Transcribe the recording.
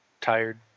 tired